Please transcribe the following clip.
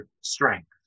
strength